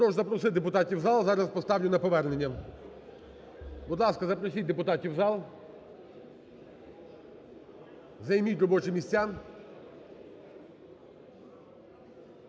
Прошу запросити депутатів в зал, зараз поставлю на повернення. Будь ласка, запросіть депутатів в зал. Займіть робочі місця.